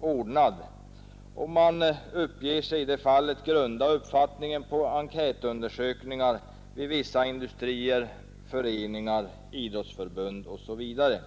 ordnad, och man uppger sig i det fallet grunda uppfattningen på enkätundersökningar hos vissa industrier, föreningar, idrottsförbund osv.